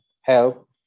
help